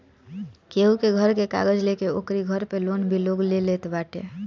केहू के घर के कागज लेके ओकरी घर पे लोन भी लोग ले लेत बाटे